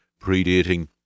predating